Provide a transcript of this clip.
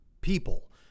people